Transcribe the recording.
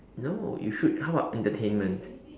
no you should how about entertainment